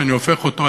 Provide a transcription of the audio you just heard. שאני הופך אותו,